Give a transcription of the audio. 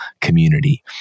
community